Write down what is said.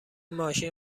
ماشین